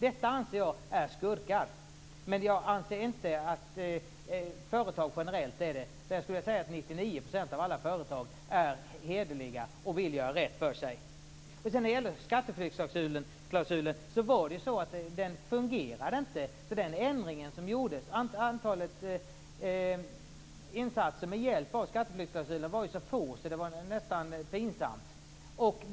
Jag anser att det här var fråga om skurkar, men jag anser inte att företagare generellt är det. Jag skulle vilja säga att 99 % av alla företag är hederliga och vill göra rätt för sig. Skatteflyktsklausulen fungerade inte. Antalet insatser med hjälp av skatteflyktsklausulen var nästan pinsamt litet.